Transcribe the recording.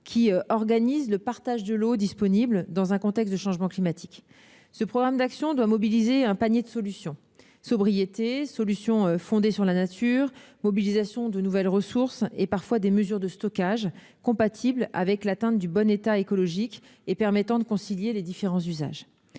qui organise le partage de l'eau disponible dans un contexte de changement climatique. Ce programme doit mobiliser un panier de solutions : sobriété, solutions en lien avec la nature, mobilisation de nouvelles ressources, voire mesures de stockage compatibles avec l'atteinte du bon état écologique et permettant de concilier les différents usages.